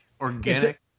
Organic